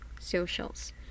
socials